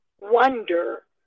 wonder